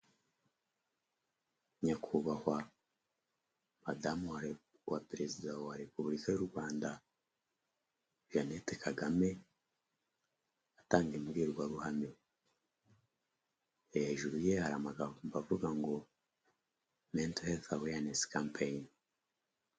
Nyakubahwa madamu wa perezida wa repubulika y'u Rwanda Jeannette Kagame atanga imbwirwaruhame. Hejuru ye hari amagambo avuga ngo Mental health awareness campaign.